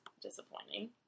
disappointing